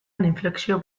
inflexio